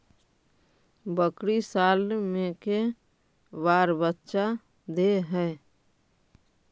बकरी साल मे के बार बच्चा दे है?